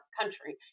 country